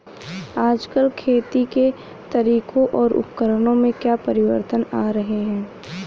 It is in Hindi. आजकल खेती के तरीकों और उपकरणों में क्या परिवर्तन आ रहें हैं?